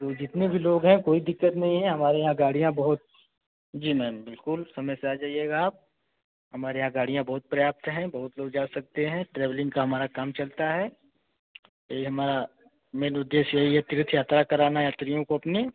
तो जितने भी लोग है कोई दिक़्क़त नहीं है हमारे यहाँ गाड़ियाँ बहुत जी मैम बिल्कुल समय से आ जाएगा आप हमारे यहाँ गाड़ियाँ बहुत पर्याप्त है बहुत लोग जा सकते हैं ट्रैवलिंग का हमारा काम चलता है यह हमारा मेन उद्देश्य यही है तीर्थ यात्रा कराना यात्रियों को अपने